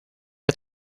had